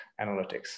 analytics